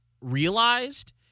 realized